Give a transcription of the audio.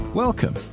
Welcome